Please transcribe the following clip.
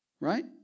right